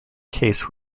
case